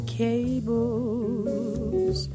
cables